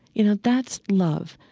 you know, that's love.